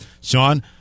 Sean